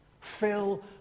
fill